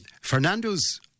Fernando's